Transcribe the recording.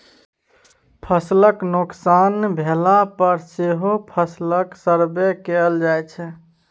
फसलक नोकसान भेला पर सेहो फसलक सर्वे कएल जाइ छै